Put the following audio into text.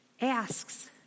asks